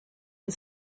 und